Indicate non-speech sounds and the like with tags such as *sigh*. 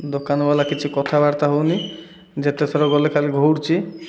ଦୋକାନବାଲା କିଛି କଥାବାର୍ତ୍ତା ହେଉନି ଯେତେଥର ଗଲେ ଖାଲି *unintelligible*